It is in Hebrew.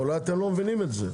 אולי אתם לא מבינים את זה.